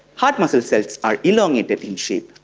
heart muscle cells are elongated in shape.